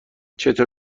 چطور